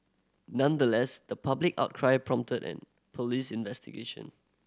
nonetheless the public outcry prompted an police investigation